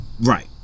Right